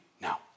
Now